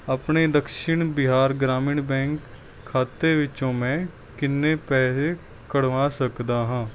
ਆਪਣੇ ਦਕਸ਼ਿਣ ਬਿਹਾਰ ਗ੍ਰਾਮੀਣ ਬੈਂਕ ਖਾਤੇ ਵਿੱਚੋਂ ਮੈਂ ਕਿੰਨੇ ਪੈਸੇ ਕੱਢਵਾ ਸਕਦਾ ਹਾਂ